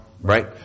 right